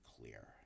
clear